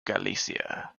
galicia